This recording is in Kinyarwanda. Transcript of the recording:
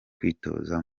kwitoza